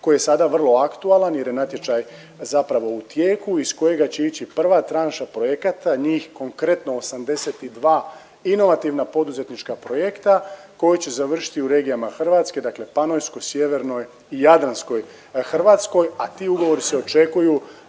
koji je sada vrlo aktualan jer je natječaj zapravo u tijeku, iz kojega će ići prva tranša projekata, njih konkretno 82 inovativna poduzetnička projekta koji će završiti u regijama Hrvatske, dakle Panonskoj, Sjevernoj i Jadranskoj Hrvatskoj, a ti ugovori se očekuju